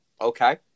Okay